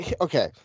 okay